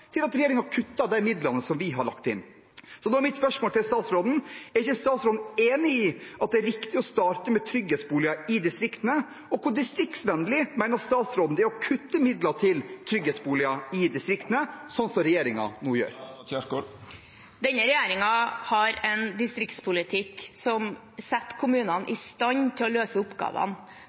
mitt spørsmål til statsråden: Er ikke statsråden enig i at det er riktig å starte med trygghetsboliger i distriktene? Og hvor distriktsvennlig mener statsråden det er å kutte midler til trygghetsboliger i distriktene, sånn som regjeringen nå gjør? Denne regjeringen har en distriktspolitikk som setter kommunene i stand til å løse oppgavene.